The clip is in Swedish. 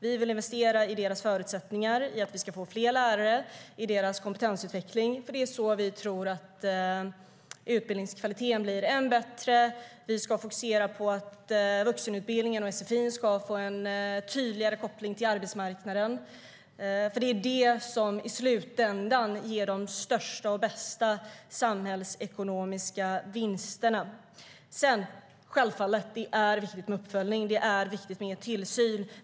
Vi vill investera i lärarnas förutsättningar, i att vi ska få fler lärare och i lärarnas kompetensutveckling, för det är så vi tror att utbildningskvaliteten blir ännu bättre. Vi ska fokusera på att vuxenutbildningen och sfi ska få en tydligare koppling till arbetsmarknaden, för det är det som i slutändan ger de största och bästa samhällsekonomiska vinsterna. Sedan är det självfallet viktigt med uppföljning. Det är viktigt med tillsyn.